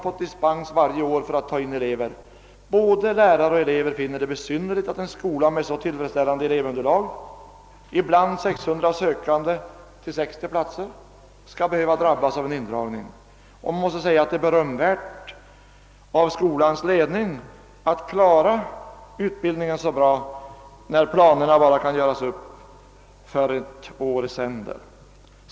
Både lärare och elever finner det besynnerligt att en skola med så tillfredsställande elevunderlag — ibland 600 sökande till 60 platser — skall behöva drabbas av indragning. Man måste säga att det är berömvärt att skolans ledning klarar utbildningen så bra, när planerna bara kan göras upp för två år i sänder.